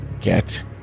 get